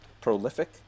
Prolific